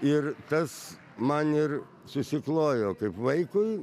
ir tas man ir susiklojo kaip vaikui